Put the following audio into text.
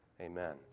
amen